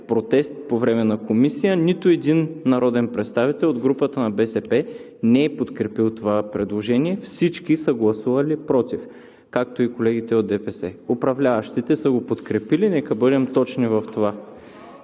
протест по време на Комисията, нито един народен представител от групата на БСП не е подкрепил това предложение. Всички са гласували против, както и колегите от ДПС. Управляващите са го подкрепили – нека бъдем точни в това.